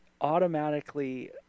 automatically